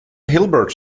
hilbert